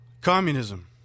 communism